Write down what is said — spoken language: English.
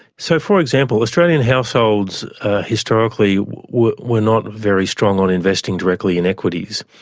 so, for example, australian households historically were were not very strong on investing directly in equities,